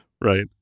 Right